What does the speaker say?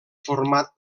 format